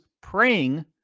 praying